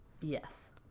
Yes